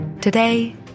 Today